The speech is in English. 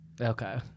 Okay